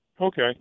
Okay